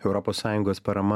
europos sąjungos parama